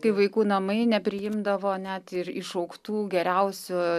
kai vaikų namai nepriimdavo net ir išaugtų geriausių